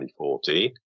2014